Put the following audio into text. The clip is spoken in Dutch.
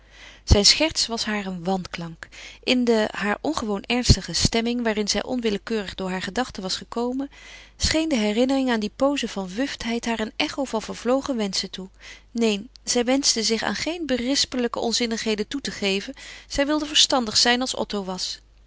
zijn scherts was haar een wanklank in de haar ongewoon ernstige stemming waarin zij onwillekeurig door haar gedachten was gekomen scheen de herinnering aan die pooze van wuftheid haar een echo van vervlogen wenschen toe neen zij wenschte zich aan geen berispelijke onzinnigheden toe te geven zij wilde verstandig zijn als otto was